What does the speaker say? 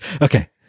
Okay